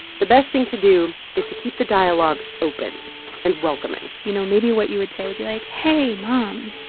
the best thing to do is to keep the dialogue open and welcoming you know, maybe what you would say would be, like, hey, mom.